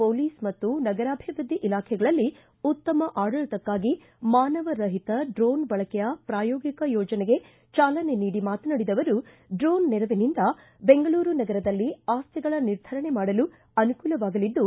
police ಮತ್ತು ನಗರಾಭಿವೃದ್ಧಿ ಇಲಾಖೆಗಳಲ್ಲಿ ಉತ್ತಮ ಆಡಳಿತಕ್ಕಾಗಿ ಮಾನವ ರಹಿತ ಡ್ರೋನ್ ಬಳಕೆಯ ಪ್ರಾಯೋಗಿಕ ಯೋಜನೆಗೆ ಚಾಲನೆ ನೀಡಿ ಮಾತನಾಡಿದ ಅವರು ಡ್ರೋನ್ ನೆರವಿನಿಂದ ಬೆಂಗಳೂರು ನಗರದಲ್ಲಿ ಆಸ್ತಿಗಳ ನಿರ್ಧರಣೆ ಮಾಡಲು ಅನುಕೂಲವಾಗಲಿದ್ದು